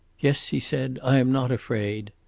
yes, he said. i am not afraid.